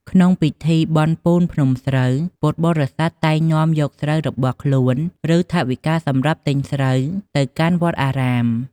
ក្នុងពិធីបុណ្យពូនភ្នំស្រូវ ពុទ្ធបរិស័ទតែងនាំយកស្រូវរបស់ខ្លួន ឬថវិកាសម្រាប់ទិញស្រូវ ទៅកាន់វត្តអារាម។